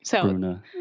Bruna